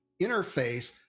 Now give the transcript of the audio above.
interface